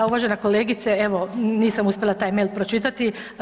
Da, uvažena kolegice evo nisam uspjela taj mail pročitati.